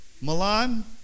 Milan